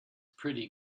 pretty